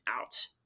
out